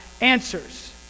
answers